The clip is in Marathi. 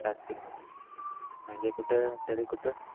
साठ किलोमीटर म्हणजे कुठं तरी कुठं